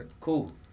Cool